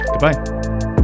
Goodbye